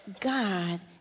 God